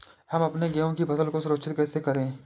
हम अपने गेहूँ की फसल को सुरक्षित कैसे रखें?